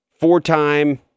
Four-time